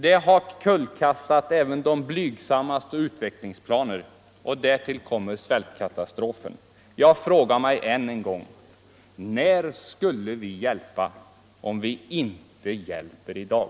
Det har kullkastat även de blygsammaste utvecklingsplaner, och därtill kommer svältkatastrofen. Jag frågar mig än en gång: När skulle vi hjälpa om vi inte hjälper i dag?